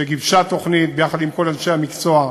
שגיבשה תוכנית יחד עם כל אנשי המקצוע,